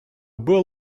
было